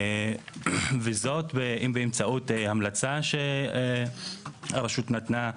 וזאת באמצעות המלצה שהרשות נתנה,